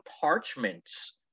parchments